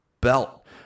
belt